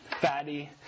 Fatty